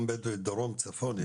גם בדואים בדרום ובצפון.